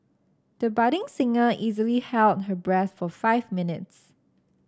the budding singer easily held her breath for five minutes